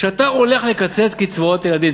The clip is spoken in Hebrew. כשאתה הולך לקצץ בקצבאות ילדים,